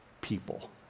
people